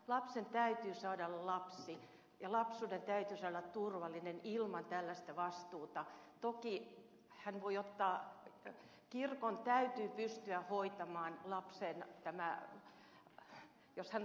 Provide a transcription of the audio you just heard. lapsen täytyy saada olla lapsi ja lapsuuden täytyisi olla turvallinen ilman tällaista vastuuta toki hän pujottaa kirkon täytyy pystyä hoitamaan lapsen kännää jos hän